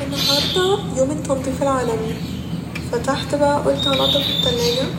النهاردة يوم التنضيف العالمي فتحت بقى قلت هنضف التلاجة